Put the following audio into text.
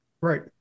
Right